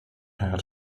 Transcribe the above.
how